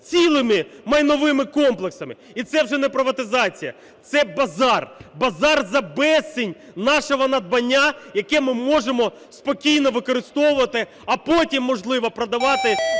цілими майновими комплексами. І це вже не приватизація, це базар. Базар за безцінь нашого надбання, яке ми можемо спокійно використовувати, а потім, можливо, продавати